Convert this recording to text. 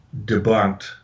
debunked